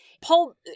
Paul